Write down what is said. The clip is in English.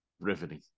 Riveting